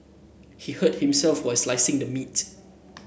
he hurt himself while slicing the meat